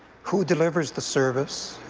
who delivers the service?